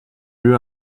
drew